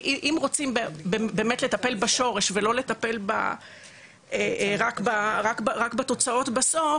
אם רוצים באמת לטפל בשורש ולא לטפל רק בתוצאות בסוף